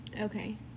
Okay